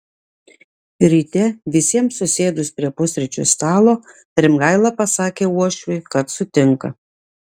ryte visiems susėdus prie pusryčių stalo rimgaila pasakė uošviui kad sutinka